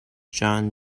john